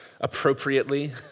appropriately